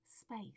space